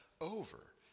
over